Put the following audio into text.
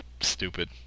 stupid